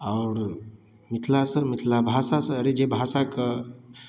आओर मिथिलासँ मिथिला भाषासँ अरे जे भाषाके